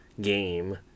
game